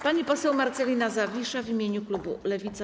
Pani poseł Marcelina Zawisza w imieniu klubu Lewica.